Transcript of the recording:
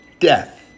death